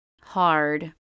hard